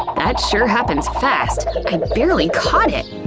that sure happens fast! i barely caught it!